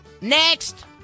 Next